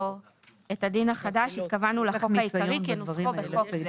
החוק העיקרי כנוסחו בחוק זה,